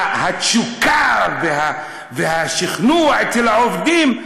התשוקה והשכנוע אצל העובדים,